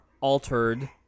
altered